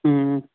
ꯎꯝ